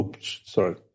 sorry